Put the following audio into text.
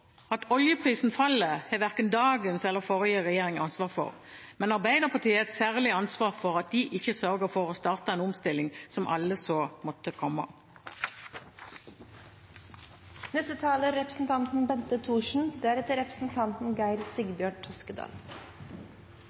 At oljeprisen faller, har verken dagens eller forrige regjering ansvar for, men Arbeiderpartiet har et særlig ansvar for at de ikke sørget for å starte en omstilling som alle så måtte komme.